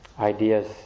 ideas